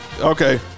okay